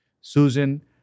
Susan